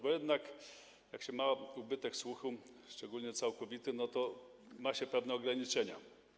Bo jednak jak ma się ubytek słuchu, szczególnie całkowity, to ma się pewne ograniczenia.